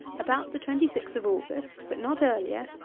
about the twenty sixth of august, but not earlier,